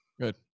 Good